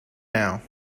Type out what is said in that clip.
now